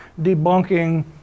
debunking